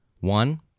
One